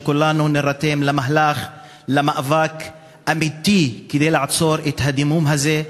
שכולנו נירתם למהלך של מאבק אמיתי כדי לעצור את הדימום הזה,